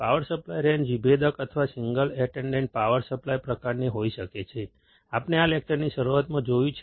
power supply range વિભેદક અથવા single ended power supply પ્રકારની હોઈ શકે છે આપણે આ લેકચરની શરૂઆતમાં જોયું છે